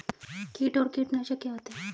कीट और कीटनाशक क्या होते हैं?